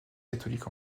catholiques